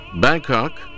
Bangkok